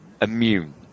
immune